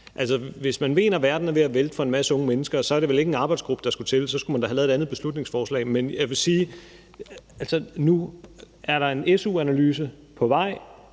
Hvis man mener, verden er ved at vælte for en masse unge mennesker, så er det vel ikke en arbejdsgruppe, der skulle til. Så skulle man da have lavet et andet beslutningsforslag. Nu er der en su-analyse på vej,